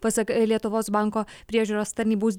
pasak lietuvos banko priežiūros tanybus